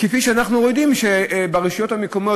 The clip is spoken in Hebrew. כפי שאנחנו יודעים שברשויות המקומיות,